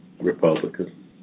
Republican